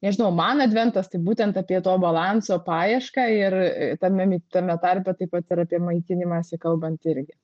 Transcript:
nežinau man adventas tai būtent apie to balanso paiešką ir tame mi tame tarpe taip pat ir apie maitinimąsi kalbant irgi